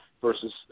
versus